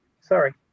sorry